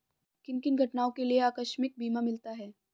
किन किन घटनाओं के लिए आकस्मिक बीमा मिलता है?